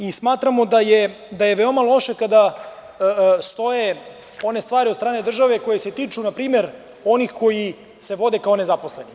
I smatramo da je veoma loše kada stoje one stvari od strane države koje se tiču na primer onih koji se vode kao nezaposleni.